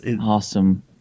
awesome